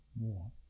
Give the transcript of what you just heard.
more